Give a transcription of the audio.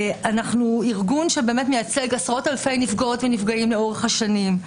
אנחנו ארגון שמייצג עשרות אלפי נפגעות ונפגעים לאורך השנים,